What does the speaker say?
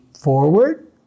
forward